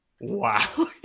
wow